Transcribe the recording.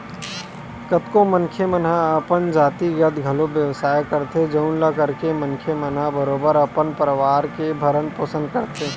कतको मनखे मन हा अपन जातिगत घलो बेवसाय करथे जउन ल करके मनखे मन ह बरोबर अपन परवार के भरन पोसन करथे